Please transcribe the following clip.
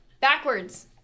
Backwards